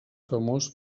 famós